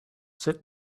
sit